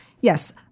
Yes